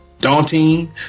daunting